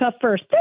first